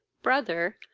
brother,